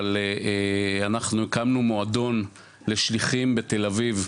אבל אנחנו הקמנו מועדון לשליחים בתל אביב,